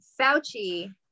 Fauci